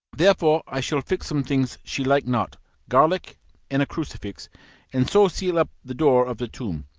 therefore i shall fix some things she like not garlic and a crucifix and so seal up the door of the tomb.